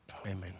Amen